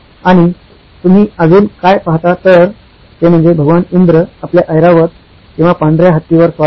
आणि तुम्ही अजून काय पाहता तर ते म्हणजे भगवान इंद्र आपल्या "ऐरावत" किंवा पांढर्या हत्तीवर स्वार आहेत